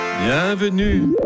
Bienvenue